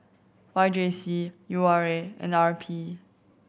Y J C U R A and R P